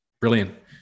Brilliant